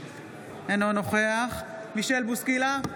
אינו נוכח מישל בוסקילה,